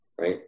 Right